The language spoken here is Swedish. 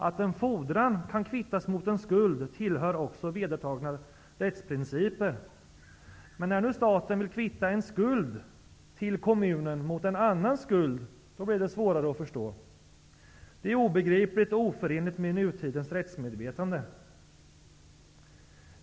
Att en fordran kan kvittas mot en skuld tillhör också vedertagna rättsprinciper, men när nu staten vill kvitta en skuld till kommunen mot en annan skuld blir det svårare att förstå. Det är obegripligt och oförenligt med nutidens rättsmedvetande.